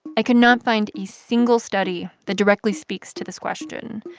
i could not find a single study that directly speaks to this question.